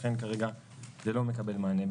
לכן כרגע זה לא מקבל מענה.